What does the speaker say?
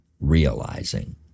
realizing